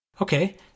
Okay